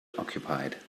occupied